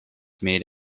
made